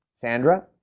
Sandra